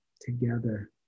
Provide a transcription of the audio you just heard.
together